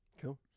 Cool